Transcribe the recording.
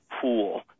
pool